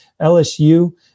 LSU